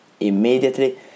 Immediately